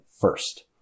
first